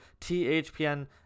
THPN